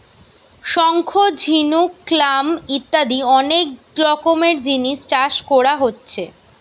শঙ্খ, ঝিনুক, ক্ল্যাম ইত্যাদি অনেক রকমের জিনিস চাষ কোরা হচ্ছে